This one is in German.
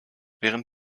während